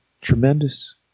tremendous